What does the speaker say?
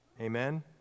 Amen